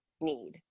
need